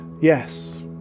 Yes